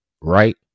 right